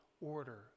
order